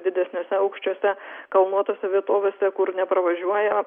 didesniuose aukščiuose kalnuotose vietovėse kur nepravažiuoja